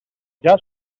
γεια